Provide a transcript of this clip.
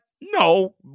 No